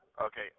Okay